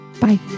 Bye